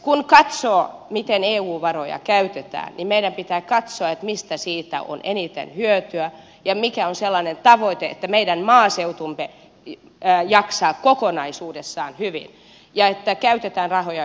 kun katsoo miten eu varoja käytetään niin meidän pitää katsoa missä siitä on eniten hyötyä ja mikä on sellainen tavoite että meidän maaseutumme jaksaa kokonaisuudessaan hyvin ja rahoja käytetään hyvin